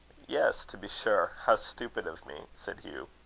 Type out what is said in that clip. yes, to be sure. how stupid of me! said hugh.